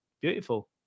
beautiful